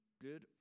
good